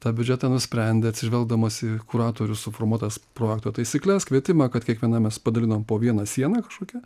tą biudžetą nusprendė atsižvelgdamas į kuratorių suformuotas projekto taisykles kvietimą kad kiekvienam mes padalinom po vieną sieną kažkokią